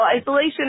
isolation